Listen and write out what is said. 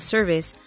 Service